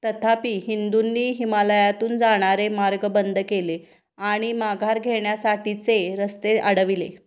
तथापि हिंदूंनी हिमालयातून जाणारे मार्ग बंद केले आणि माघार घेण्यासाठीचे रस्ते आडविले